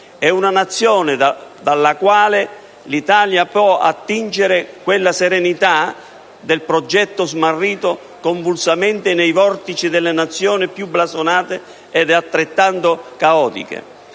È una Nazione dalla quale l'Italia può attingere quella serenità del progetto smarrita convulsamente nei vortici delle Nazioni più blasonate ed altrettanto caotiche.